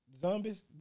Zombies